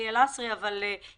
יחיאל לסרי אז אני מדברת עליו,